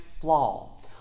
flaw